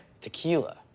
tequila